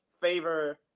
favor